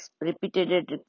repeated